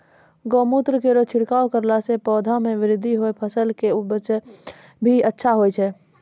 गौमूत्र केरो छिड़काव करला से पौधा मे बृद्धि होय छै फसल के उपजे भी अच्छा होय छै?